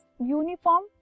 uniform